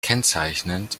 kennzeichnend